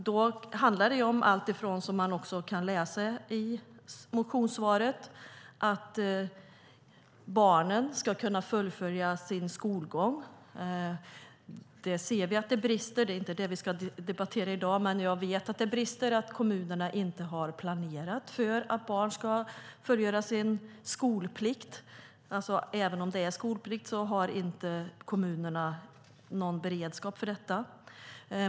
Då handlar det, som man kan läsa i svaret, om bland annat att barnen ska kunna fullfölja sin skolgång. Där ser vi att det brister, men det är inte det vi ska debattera i dag. Jag vet att det brister, att kommunerna inte har planerat för att barn ska fullgöra sin skolplikt. Även om det är skolplikt har inte kommunerna någon beredskap för detta.